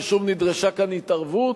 ושוב נדרשה כאן התערבות,